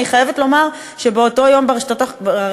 אני חייבת לומר שבאותו יום אנחנו פרגנו